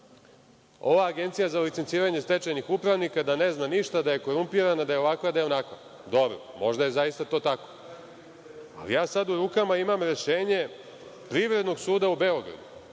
ova Agencija za licenciranje stečajnih upravnika ne zna ništa, da je korumpirana, da je ovakva, da je onakva. Dobro, možda je zaista to tako. Sada u rukama imam rešenje Privrednog suda u Beogradu.